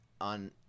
on